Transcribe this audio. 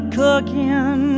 cooking